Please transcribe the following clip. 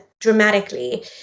dramatically